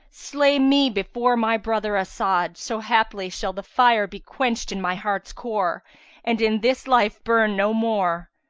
slay me before my brother as'ad, so haply shall the fire be quencht in my heart's core and in this life burn no more.